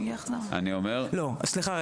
סליחה.